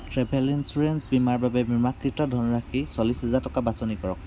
travel insurance বীমাৰ বাবে বীমাকৃত ধনৰাশি চল্লিশ হেজাৰ টকা বাছনি কৰক